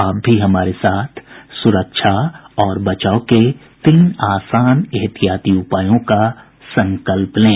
आप भी हमारे साथ सुरक्षा और बचाव के तीन आसान एहतियाती उपायों का संकल्प लें